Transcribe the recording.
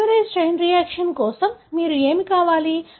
polymerase chain reaction కోసం మీకు ఏమి కావాలి